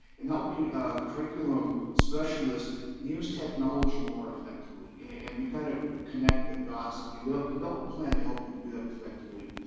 and helping curriculum specialists use technology more effectively and we kind of connect the dots and we develop develop a plan to help you do that effectively.